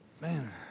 man